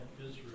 Israel